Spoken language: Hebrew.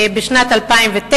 בשנת 2009,